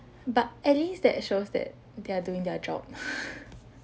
but at least that shows that they're doing their job